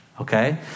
okay